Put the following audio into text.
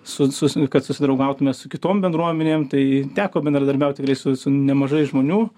su su kad susidraugautume su kitom bendruomenėm tai teko bendradarbiaut tikrai su su nemažai žmonių